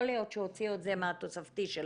יכול להיות שהוציאו את זה מהתקציב שלהם,